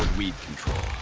weed control